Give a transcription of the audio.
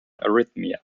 arrhythmia